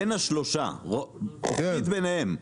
בין השלושה, אופקית ביניהם?